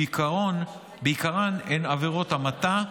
שבעיקרן הן עבירות המתה,